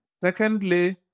Secondly